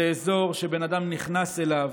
זה אזור שבן אדם נכנס אליו